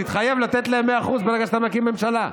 תתחייב לתת להם 100% ברגע שאתה מקים ממשלה.